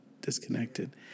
disconnected